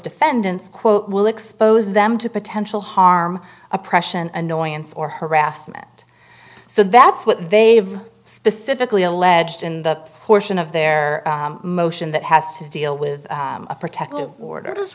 defendants quote will expose them to potential harm oppression annoyance or harassment so that's what they've specifically alleged in the portion of their motion that has to deal with a protective order